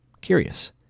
Curious